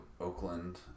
Oakland